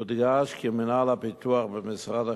יודגש כי מינהל הפיתוח במשרד החינוך,